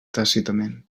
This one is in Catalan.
tàcitament